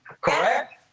correct